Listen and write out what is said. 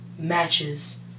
matches